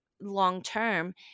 long-term